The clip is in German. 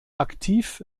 aktiv